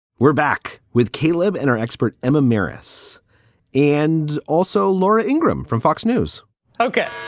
we're back with caleb in our expert amyris and also laura ingram from fox news okay.